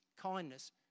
kindness